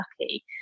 lucky